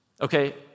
Okay